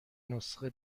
نسخه